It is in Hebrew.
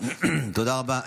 תודה רבה.